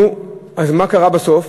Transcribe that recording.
נו, אז מה קרה בסוף?